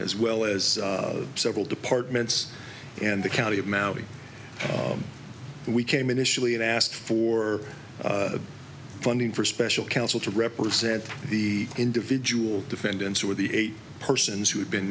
as well as several departments and the county of maui we came initially and asked for funding for special counsel to represent the individual defendants who were the eight persons who had been